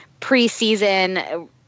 preseason